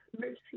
mercy